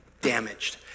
damaged